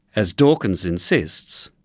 as dawkins insists,